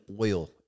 oil